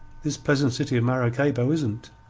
this pleasant city of maracaybo isn't.